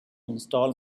install